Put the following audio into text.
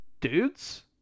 dudes